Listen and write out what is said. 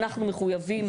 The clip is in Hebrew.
אנחנו מחויבים,